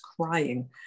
crying